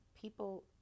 people